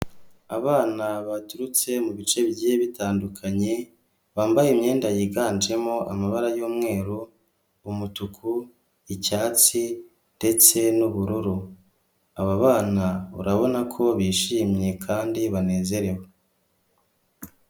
Abana baturutse mu bice bigiye bitandukanye bambaye imyenda yiganjemo amabara y'umweru, umutuku, icyatsi, ndetse n'ubururu. Aba bana urabona ko bishimye kandi banezerewe.